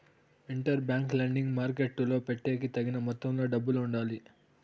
inter bank lending మార్కెట్టులో పెట్టేకి తగిన మొత్తంలో డబ్బులు ఉండాలి